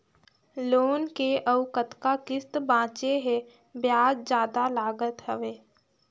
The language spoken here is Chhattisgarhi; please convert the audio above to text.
लोन के अउ कतका किस्त बांचें हे? ब्याज जादा लागत हवय,